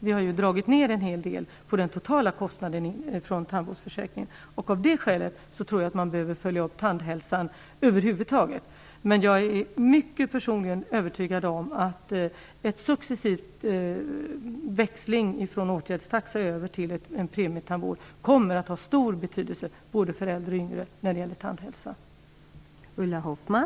Vi har ju dragit ned en hel del på den totala kostnaden för tandvårdsförsäkringen. Av det skälet tror jag att man behöver följa upp tandhälsan över huvud taget. Men jag är personligen mycket övertygad om att en successiv växling från åtgärdstaxa över till premietandvård kommer att ha stor betydelse, både för äldre och yngre, när det gäller tandhälsan.